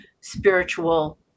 spiritual